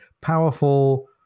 powerful